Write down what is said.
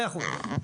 100 אחוז.